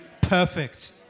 perfect